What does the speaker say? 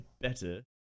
better